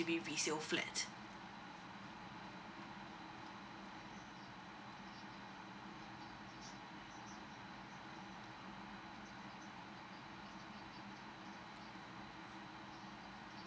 H_D_B resale flat